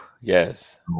Yes